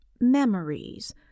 memories